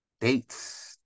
dates